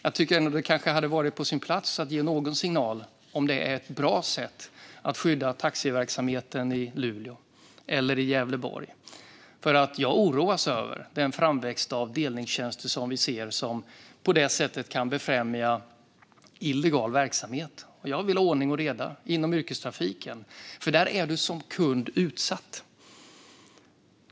Jag tycker att det kanske hade varit på sin plats att ge någon signal om huruvida detta är ett bra sätt att skydda taxiverksamheten i Luleå eller i Gävleborg. Jag oroas över den framväxt av delningstjänster som vi ser och som kan främja illegal verksamhet. Jag vill ha ordning och reda inom yrkestrafiken, för där är du som kund utsatt.